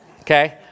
Okay